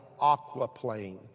aquaplane